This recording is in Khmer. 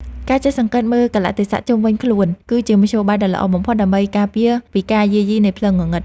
ការចេះសង្កេតមើលកាលៈទេសៈជុំវិញខ្លួនគឺជាមធ្យោបាយដ៏ល្អបំផុតដើម្បីការពារពីការយាយីនៃផ្លូវងងឹត។